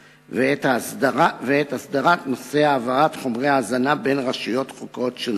ונושא העברת חומרי ההאזנה בין רשויות חוקרות שונות.